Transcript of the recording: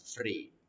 free